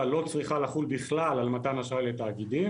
לא צריכה לחול בכלל על מתן אשראי לתאגידים,